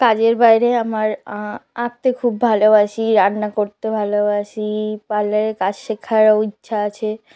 কাজের বাইরে আমার আঁকতে খুব ভালোবাসি রান্না করতে ভালোবাসি পার্লারের কাজ শেখারও ইচ্ছা আছে